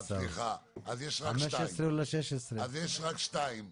סליחה, אז יש רק שניים.